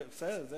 בסדר, זה